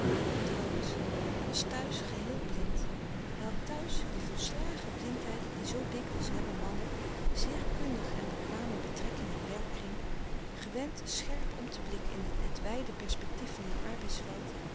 trouwens hij was thuis geheel blind hij had thuis die volslagen blindheid die zoo dikwijls hebben mannen zeer kundig en bekwaam in betrekking en werkkring gewend scherp om te blikken in het wijde perspectief van hun